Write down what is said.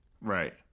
Right